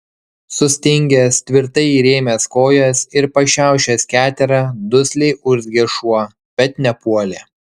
sustingęs tvirtai įrėmęs kojas ir pašiaušęs keterą dusliai urzgė šuo bet nepuolė